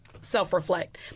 self-reflect